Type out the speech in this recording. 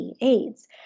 AIDS